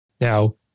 Now